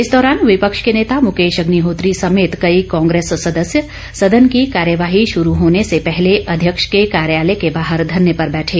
इस दौरान विपक्ष के नेता मुकेश अग्निहोत्री समेत कई कांग्रेस सदस्य सदन की कार्यवाही शुरू होने से पहले अध्यक्ष के कार्यालय के बाहर धरने पर बैठे